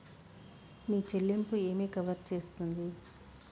మీ చెల్లింపు ఏమి కవర్ చేస్తుంది?